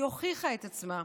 הוכיחה את עצמה".